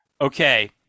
Okay